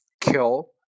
kill